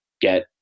get